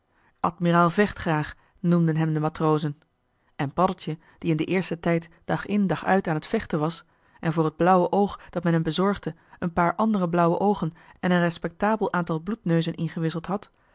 admiraal vechtgraag noemden hem de matrozen en paddeltje die in den eersten tijd dag in dag uit aan t vechten was en voor het blauwe oog dat men hem bezorgde een paar andere blauwe oogen en een respectabel aantal bloedneuzen ingewisseld had